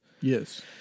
Yes